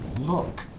look